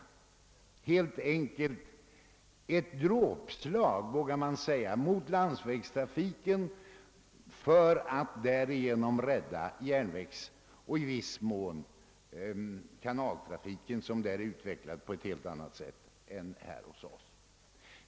Det var helt enkelt, vågar man säga, ett dråpslag mot landsvägstrafiken för att därigenom rädda järnvägsoch i viss mån kanaltrafiken, vilken senare där är utvecklad på ett helt annat sätt än den är hos oss.